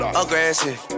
aggressive